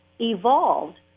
evolved